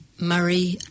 murray